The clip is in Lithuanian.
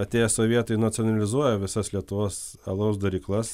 atėję sovietai nacionalizuoja visas lietuvos alaus daryklas